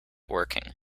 working